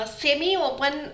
semi-open